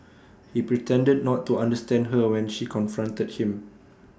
he pretended not to understand her when she confronted him